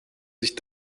sich